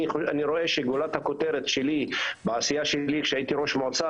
אני רואה שגולת הכותרת שלי בעשייה שלי כשהייתי ראש מועצה,